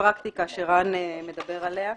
הפרקטיקה שרן מדבר עליה.